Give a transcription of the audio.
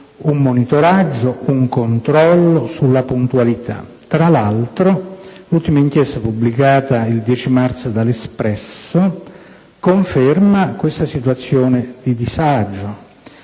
un monitoraggio e un controllo sulla puntualità. Tra l'altro, l'ultima inchiesta pubblicata il 10 marzo scorso dal settimanale «L'Espresso» conferma questa situazione di disagio